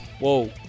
Whoa